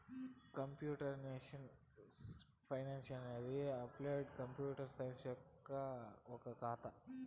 computational finance అనేది applied computer science యొక్క ఒక శాఖ